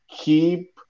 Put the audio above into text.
keep